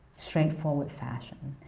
straightforward fashion.